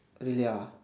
really uh